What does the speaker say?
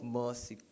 mercy